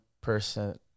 person